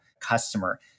customer